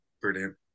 Brilliant